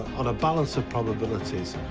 on a balance of probabilities,